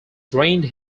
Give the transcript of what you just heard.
drained